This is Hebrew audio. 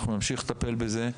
אנחנו נמשיך לטפל בזה.